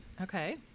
Okay